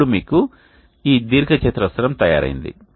ఇప్పుడు మీకు ఈ దీర్ఘచతురస్రం తయారు అయింది